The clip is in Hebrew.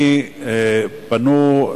פנו,